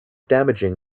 damaging